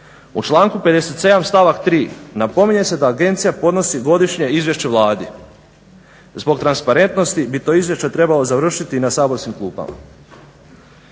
u članku 57. stavak 3. napominje se da agencija podnosi godišnje izvješće Vladi. Zbog transparentnosti bi to izvješće trebalo završiti na saborskim klupama.